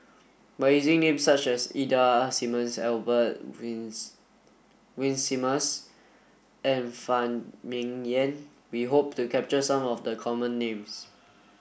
by using names such as Ida Simmons Albert Winsemius and Phan Ming Yen we hope to capture some of the common names